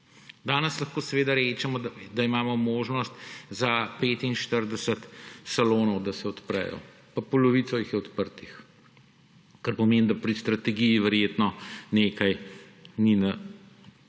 Danes lahko rečemo, da imamo možnost za 45 salonov, da se odprejo, pa polovica jih je odprtih, kar pomeni, da je pri strategiji verjetno nekaj narobe.